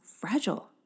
fragile